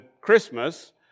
Christmas